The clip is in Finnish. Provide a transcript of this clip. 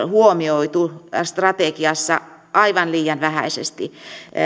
huomioitu strategiassa aivan liian vähäisesti